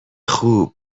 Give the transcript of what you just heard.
خوب